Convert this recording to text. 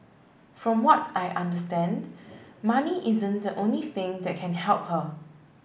from what I understand money isn't the only thing that can help her